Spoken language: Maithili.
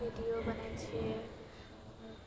वी डी ओ बनै छिऐ